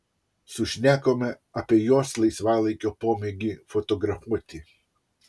sušnekome apie jos laisvalaikio pomėgį fotografuoti